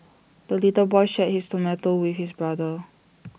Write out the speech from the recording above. the little boy shared his tomato with his brother